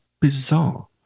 bizarre